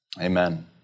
Amen